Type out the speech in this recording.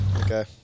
Okay